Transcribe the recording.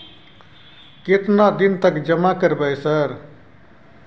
केतना दिन तक जमा करबै सर?